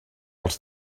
els